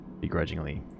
begrudgingly